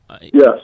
Yes